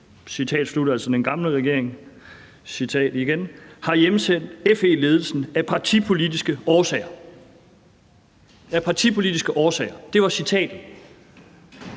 på, om de, altså den gamle regering, har hjemsendt FE-ledelsen af partipolitiske årsager. Af partipolitiske årsager. Det var citatet.